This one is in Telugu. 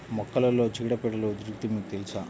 మొక్కలలో చీడపీడల ఉధృతి మీకు తెలుసా?